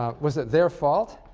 ah was it their fault?